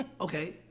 Okay